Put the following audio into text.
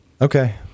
okay